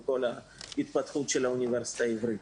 בכל ההתפתחות של האוניברסיטה העברית.